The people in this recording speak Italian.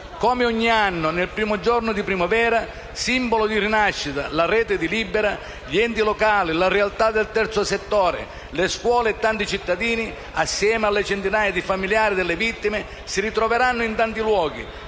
Come ogni anno, nel primo giorno di primavera, simbolo di rinascita, la rete di Libera, gli enti locali, le realtà del terzo settore, le scuole e tanti cittadini, insieme alle centinaia di familiari delle vittime, si ritroveranno in tanti luoghi